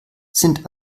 sind